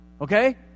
Okay